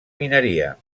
mineria